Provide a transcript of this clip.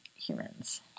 Humans